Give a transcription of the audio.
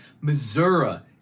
Missouri